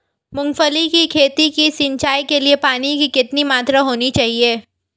मूंगफली की खेती की सिंचाई के लिए पानी की कितनी मात्रा होनी चाहिए?